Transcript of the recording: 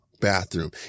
bathroom